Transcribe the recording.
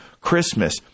Christmas